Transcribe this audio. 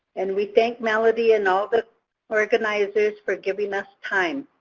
and we thank melody, and all the organizers, for giving us time.